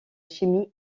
chimie